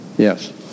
Yes